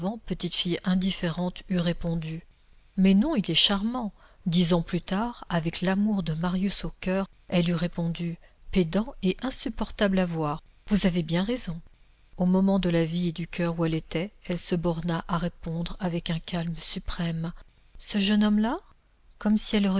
petite fille indifférente eût répondu mais non il est charmant dix ans plus tard avec l'amour de marius au coeur elle eût répondu pédant et insupportable à voir vous avez bien raison au moment de la vie et du coeur où elle était elle se borna à répondre avec un calme suprême ce jeune homme-là comme si elle